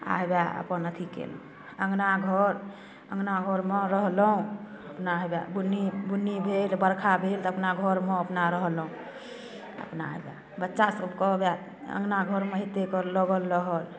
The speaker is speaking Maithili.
आओर हौवे अपन अथी केलहुँ अँगना घर अँगना घरमे रहलहुँ अपना हौवे बुन्नी बुन्नी भेल बरखा भेल तऽ अपना घरमे अपना रहलहुँ अपना हौवे बच्चासभके हौवे अँगना घरमे हेतैके लागल रहल